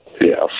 Yes